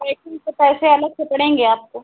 packing के पैसे अलग से पड़ेंगे आपको